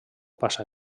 passa